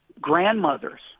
grandmothers